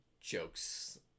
jokes